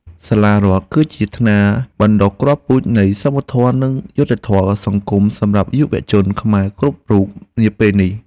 សាលារដ្ឋគឺជាថ្នាលបណ្តុះគ្រាប់ពូជនៃសមធម៌និងយុត្តិធម៌សង្គមសម្រាប់យុវជនខ្មែរគ្រប់រូបនាពេលនេះ។